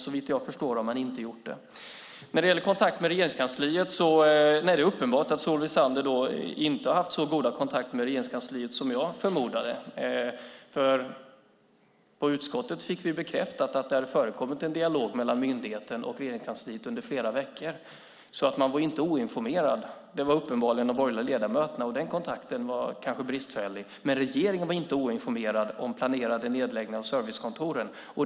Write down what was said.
Såvitt jag förstår har man inte gjort det. När det gäller kontakter med Regeringskansliet är det uppenbart att Solveig Zander inte har haft så goda kontakter med Regeringskansliet som jag förmodade. På utskottet fick vi bekräftat att det hade förekommit en dialog mellan myndigheten och Regeringskansliet under flera veckor. Man var inte oinformerad. Det var uppenbarligen de borgerliga ledamöterna, så den kontakten var kanske bristfällig. Men regeringen var inte oinformerad om den planerade nedläggningen av servicekontoren.